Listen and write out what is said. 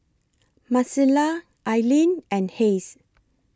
Marcela Aileen and Hays